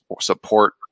support